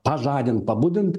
pažadint pabudint